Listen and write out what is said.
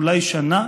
אולי שנה,